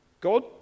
God